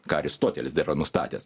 ką aristotelis dar yra nustatęs